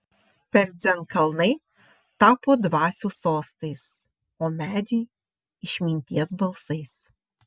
per dzen kalnai tapo dvasių sostais o medžiai išminties balsais